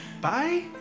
bye